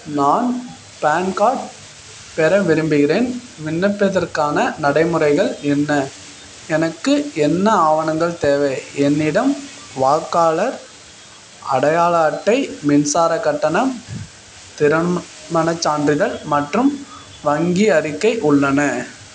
நான் PAN card பெற விரும்புகிறேன் விண்ணப்பித்திற்கான நடைமுறைகள் என்ன எனக்கு என்ன ஆவணங்கள் தேவை என்னிடம் வாக்காளர் அடையாள அட்டை மின்சாரக் கட்டணம் திருமணச் சான்றிதழ் மற்றும் வங்கி அறிக்கை உள்ளன